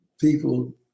people